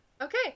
Okay